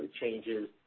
changes